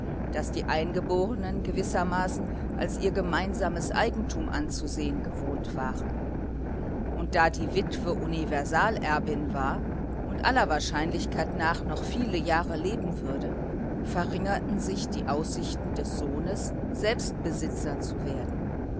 das die eingeborenen gewissermaßen als ihr gemeinsames eigentum anzusehen gewohnt waren und da die witwe universalerbin war und aller wahrscheinlichkeit nach noch viele jahre leben würde verringerten sich die aussichten des sohnes selbstbesitzer zu werden